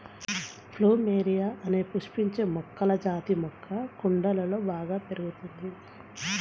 plumeria అనే పుష్పించే మొక్కల జాతి మొక్క కుండలలో బాగా పెరుగుతుంది